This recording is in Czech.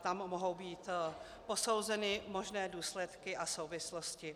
Tam mohou být posouzeny možné důsledky a souvislosti.